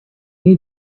need